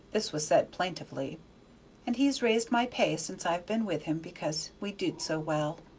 this was said plaintively and he's raised my pay since i've been with him because we did so well.